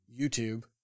YouTube